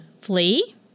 flee